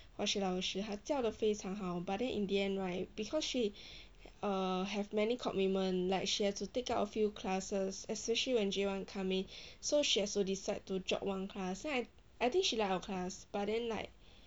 化学老师他教得非常好 but then in the end right because she err have many commitment like she has to take up a few classes especially when J one come in so she has to decide to drop one class then I I think she like our class but then like